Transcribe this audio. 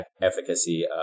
efficacy